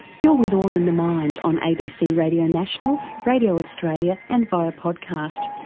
you're with all in the mind on abc radio national, radio australia and via podcast.